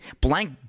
blank